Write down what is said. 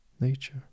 nature